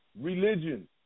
religion